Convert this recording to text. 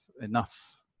enough